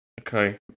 Okay